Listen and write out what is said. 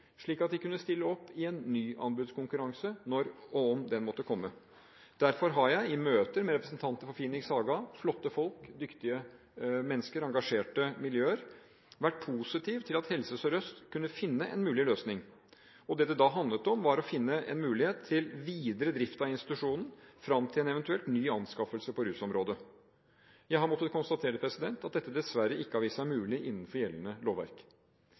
slik at de kunne stille opp i en ny anbudskonkurranse når og om den måtte komme. Derfor har jeg, i møter med representanter for Phoenix Haga, som har flotte folk, dyktige mennesker – engasjerte miljøer – vært positiv til at Helse Sør-Øst kunne finne en mulig løsning. Det det da handlet om, var å finne en mulighet til videre drift av institusjonen fram til en eventuell ny anskaffelse på rusområdet. Jeg har måttet konstatere at dette dessverre ikke har vist seg mulig innenfor gjeldende lovverk.